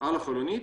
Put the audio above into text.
על החלונית